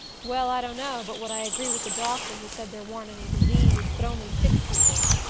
well, i dunno but what i agree with the doctor who said there warn't any diseases, but only sick people.